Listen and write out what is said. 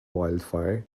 wildfire